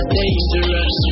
dangerous